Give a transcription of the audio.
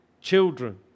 children